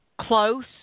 Close